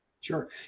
Sure